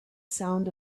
sound